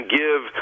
give